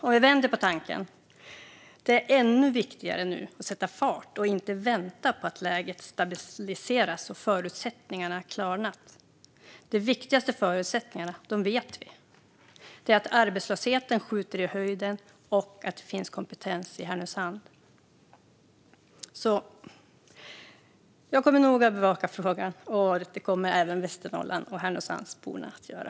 Om vi vänder på tanken är det nu alltså ännu viktigare att sätta fart och inte vänta på att läget stabiliseras och förutsättningarna klarnat. De viktigaste förutsättningarna vet vi. Det är att arbetslösheten skjuter i höjden och att det finns kompetens i Härnösand. Jag kommer att noga bevaka frågan, och det kommer även de som bor i Västernorrland och Härnösand att göra.